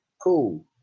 cool